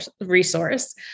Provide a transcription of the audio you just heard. resource